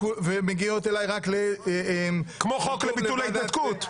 ומגיעות אליי רק --- כמו חוק לביטול ההתנתקות,